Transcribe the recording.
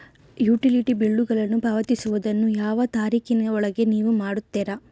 Utility ಬಿಲ್ಲುಗಳನ್ನು ಪಾವತಿಸುವದನ್ನು ಯಾವ ತಾರೇಖಿನ ಒಳಗೆ ನೇವು ಮಾಡುತ್ತೇರಾ?